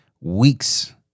weeks